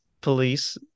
police